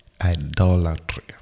idolatry